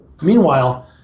Meanwhile